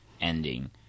ending